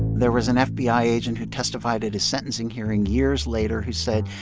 there was an fbi agent who testified at his sentencing hearing years later who said,